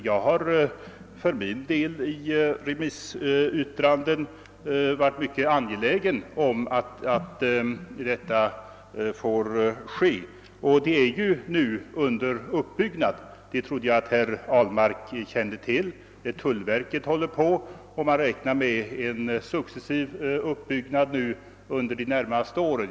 Man har varit mycket angelägen om att framhålla detta i remissyttranden. Jag trodde att herr Ahlmark kände till att tullverket har börjat arbeta med denna sak och räknar med en successiv uppbyggnad under de närmaste åren.